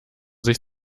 sich